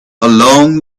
along